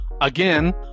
again